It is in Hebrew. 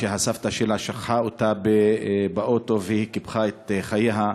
שהסבתא שלה שכחה אותה באוטו והיא קיפחה את חייה.